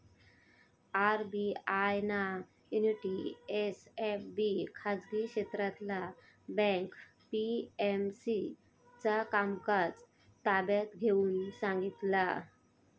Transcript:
RBI ना Unity SFB खाजगी क्षेत्रातला बँक पी.एम.सी चा कामकाज ताब्यात घेऊन सांगितला